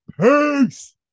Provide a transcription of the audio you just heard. Peace